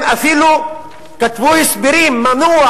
הם אפילו כתבו הסברים מדוע